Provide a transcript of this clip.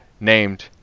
named